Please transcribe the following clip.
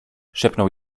szepnął